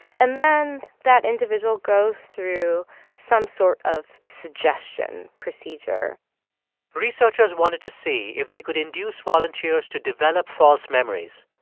and then that individual goes through some sort of suggestion procedure researchers wanted to see if they could induce volunteers to develop false memories.